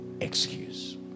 excuse